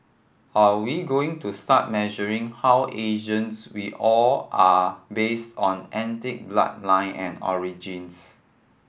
are we going to start measuring how Asians we all are based on ethnic bloodline and origins